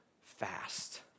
fast